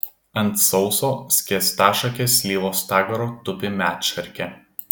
ant sauso skėstašakės slyvos stagaro tupi medšarkė